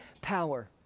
power